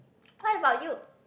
what about you